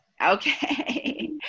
Okay